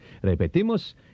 Repetimos